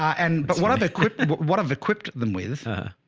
and, but what other quip, and what what have equipped them with